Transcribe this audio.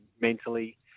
mentally